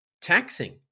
taxing